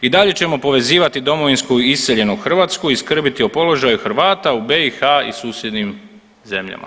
I dalje ćemo povezivati domovinsku i iseljenu Hrvatsku i skrbiti o položaju Hrvata u BiH i susjednim zemljama.